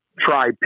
Try